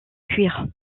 cuir